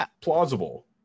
plausible